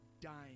dying